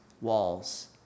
walls